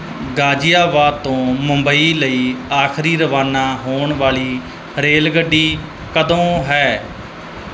ਗਾਜ਼ੀਆਬਾਦ ਤੋਂ ਮੁੰਬਈ ਲਈ ਆਖਰੀ ਰਵਾਨਾ ਹੋਣ ਵਾਲੀ ਰੇਲਗੱਡੀ ਕਦੋਂ ਹੈ